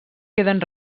queden